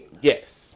Yes